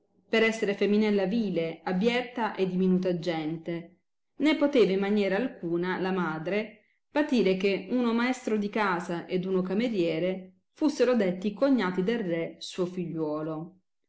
per esser feminella vile abbietta e di minuta gente né poteva in maniera alcuna la madre patire che uno maestro di casa ed uno cameriere fussero detti cognati del re suo figliuolo